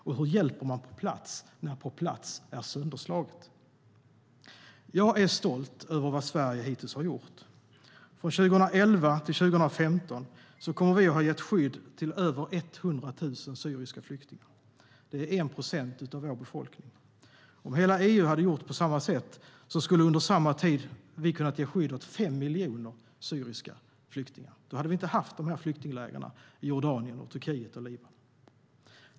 Och hur hjälper man på plats när på plats är sönderslaget? Jag är stolt över vad Sverige har gjort hittills. Från 2011 till 2015 kommer vi att ha gett skydd till över 100 000 syriska flyktingar. Det är 1 procent av vår befolkning. Om hela EU hade gjort på samma sätt hade vi under samma tid kunnat ge skydd åt 5 miljoner syriska flyktingar. Då hade vi inte haft flyktinglägren i Jordanien, Turkiet och Libanon.